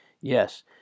Yes